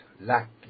lack